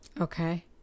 Okay